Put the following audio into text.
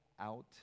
out